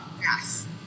Yes